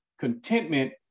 Contentment